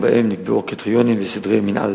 ונקבעו בהם הקריטריונים וסדרי המינהל